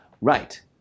right